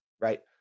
right